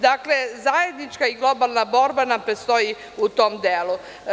Dakle, zajednička i globalna borba nam predstoji u tom delu.